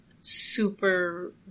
super